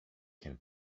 can